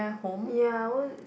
ya I would